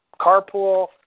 Carpool